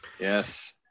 Yes